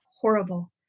horrible